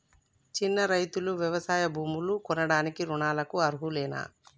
చిన్న రైతులు వ్యవసాయ భూములు కొనడానికి రుణాలకు అర్హులేనా?